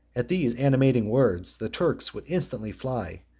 at these animating words, the turks would instantly fly,